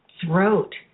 throat